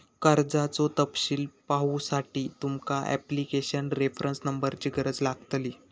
कर्जाचो तपशील पाहुसाठी तुमका ॲप्लीकेशन रेफरंस नंबरची गरज लागतली